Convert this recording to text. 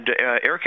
Eric